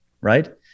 right